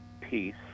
peace